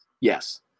Yes